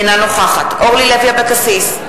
אינה נוכחת אורלי לוי אבקסיס,